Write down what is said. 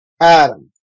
Adam